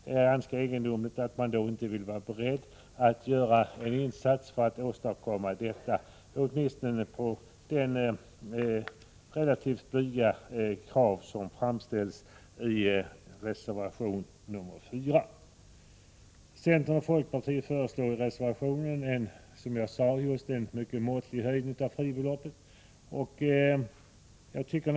Det är ganska egendomligt att man då inte är beredd att göra en insats för att åstadkomma detta — åtminstone i enlighet med de relativt blygsamma krav som framställts i reservation 4. Centern och folkpartiet föreslår i reservation 4 en mycket måttlig höjning av fribeloppet.